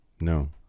no